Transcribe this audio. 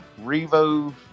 Revo